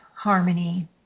harmony